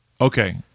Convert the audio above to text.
Okay